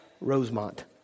Rosemont